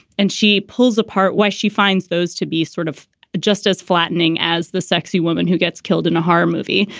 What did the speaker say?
and she pulls apart why she finds those to be sort of just as flattening as the sexy woman who gets killed in a horror movie.